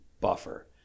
buffer